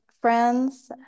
friends